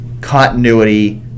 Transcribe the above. continuity